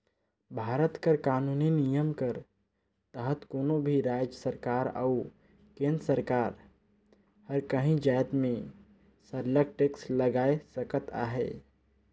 भारत कर कानूनी नियम कर तहत कोनो भी राएज सरकार अउ केन्द्र कर सरकार हर काहीं जाएत में सरलग टेक्स लगाए सकत अहे